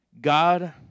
God